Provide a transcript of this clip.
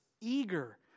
eager